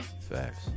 Facts